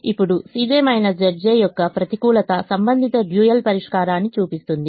ఇప్పుడు యొక్క ప్రతికూలత సంబంధిత డ్యూయల్ పరిష్కారాన్ని చూపిస్తుంది